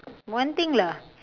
one thing lah